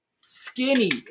skinny